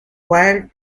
wild